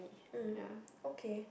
mm okay